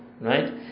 right